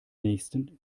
nächsten